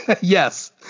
Yes